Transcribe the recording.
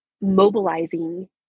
mobilizing